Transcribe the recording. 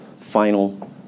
final